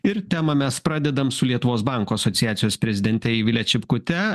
ir temą mes pradedam su lietuvos bankų asociacijos prezidente eivile čipkute